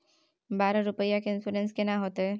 बारह रुपिया के इन्सुरेंस केना होतै?